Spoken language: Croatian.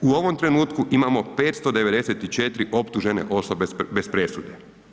U ovom trenutku imamo 594 optužene osobe bez presude.